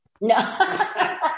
No